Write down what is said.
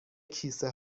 کیسه